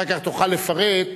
אחר כך תוכל לפרט,